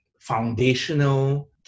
foundational